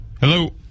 Hello